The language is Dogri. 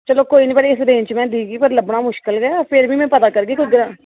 चलो कोई नी पर मै इस रेंज च दिक्खगी पर लब्भना मुश्कल गै फिर बी मै पता करगी